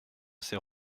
ces